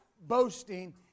boasting